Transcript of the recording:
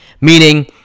meaning-